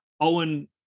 Owen